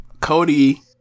Cody